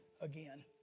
again